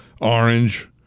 Orange